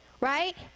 right